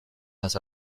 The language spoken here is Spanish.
las